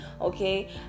okay